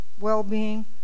well-being